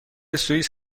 سوئیس